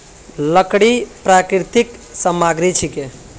लकड़ी प्राकृतिक सामग्री छिके